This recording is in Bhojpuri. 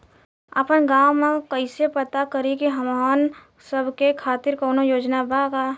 आपन गाँव म कइसे पता करि की हमन सब के खातिर कौनो योजना बा का?